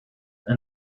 and